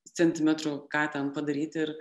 centimetrų ką ten padaryt ir